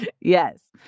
Yes